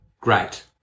great